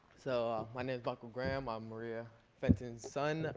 so my name is michael graham. i'm maria fenton's son.